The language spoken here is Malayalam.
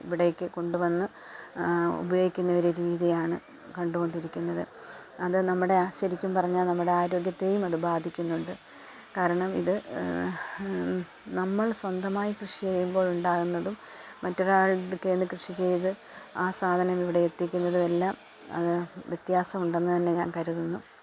ഇവിടേക്ക് കൊണ്ടുവന്ന് ഉപയോഗിക്കുന്ന ഒരു രീതിയാണ് കണ്ടുകൊണ്ടിരിക്കുന്നത് അത് നമ്മുടെ ശരിക്കും പറഞ്ഞാൽ നമ്മുടെ ആരോഗ്യത്തെയും അത് ബാധിക്കുന്നുണ്ട് കാരണം ഇത് നമ്മള് സ്വന്തമായി കൃഷി ചെയ്യുമ്പോഴ് ഉണ്ടാകുന്നതും മറ്റൊരു അയാളുടെ അടുക്കൽനിന്ന് കൃഷി ചെയ്ത് ആ സാധനം ഇവിടെ എത്തിക്കുന്നതും എല്ലാം അത് വ്യത്യാസമുണ്ടെന്ന് തന്നെ ഞാന് കരുതുന്നു